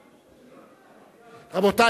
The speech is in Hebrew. רבותי,